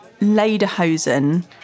Lederhosen